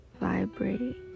vibrate